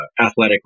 athletically